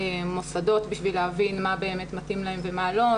המוסדות בשביל להבין מה באמת מתאים להם ומה לא,